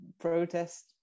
protest